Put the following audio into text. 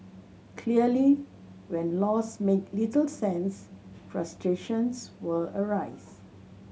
clearly when laws make little sense frustrations will arise